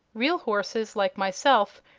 real horses, like myself,